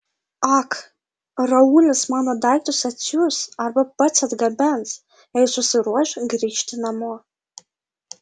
ak raulis mano daiktus atsiųs arba pats atgabens jei susiruoš grįžti namo